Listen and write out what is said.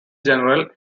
general